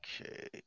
Okay